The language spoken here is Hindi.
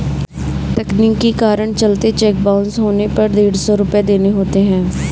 तकनीकी कारण के चलते चेक बाउंस होने पर डेढ़ सौ रुपये देने होते हैं